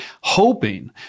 hoping